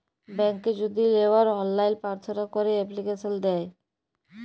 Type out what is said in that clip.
ব্যাংকে যদি লেওয়ার অললাইন পার্থনা ক্যরা এপ্লিকেশন দেয়